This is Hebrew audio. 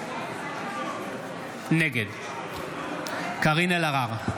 נגד קארין אלהרר,